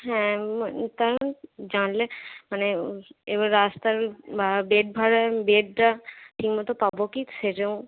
হ্যাঁ মানে কারণ জানলে মানে এবার রাস্তার ভা বেড ভাড়া বেডডা ঠিক মতো পাব কি সেটাও